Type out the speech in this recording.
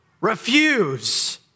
refuse